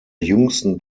jüngsten